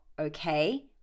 okay